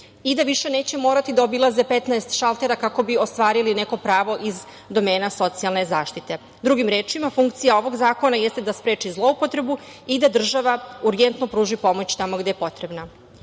i da više neće morati da obilaze 15 šaltera kako bi ostvarili neko pravo iz domena socijalne zaštite. Drugim rečima, funkcija ovog zakona jeste da spreči zloupotrebu i da država urgentno pruži pomoć tamo gde je potrebna. Inače,